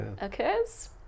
occurs